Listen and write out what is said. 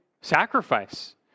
sacrifice